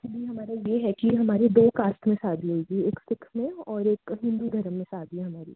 actually हमारा यह है कि हमारी दो कास्ट में शादी होगी एक सिख में और एक हिन्दू धर्म में शादी है हमारी